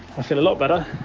i feel a lot better.